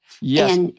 Yes